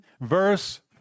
verse